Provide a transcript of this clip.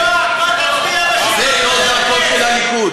זו לא דרכו של הליכוד.